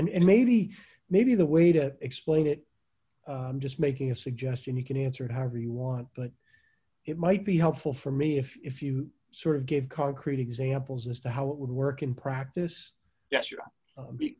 us and maybe maybe the way to explain it just making a suggestion you can answer it however you want but it might be helpful for me if if you sort of gave concrete examples as to how it would work in practice